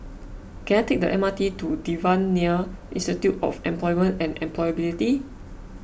can I take the M R T to Devan Nair Institute of Employment and Employability